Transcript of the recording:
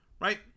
Right